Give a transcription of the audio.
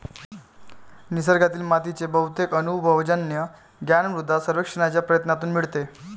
निसर्गातील मातीचे बहुतेक अनुभवजन्य ज्ञान मृदा सर्वेक्षणाच्या प्रयत्नांतून मिळते